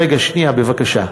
רגע, שנייה, בבקשה.